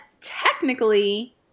technically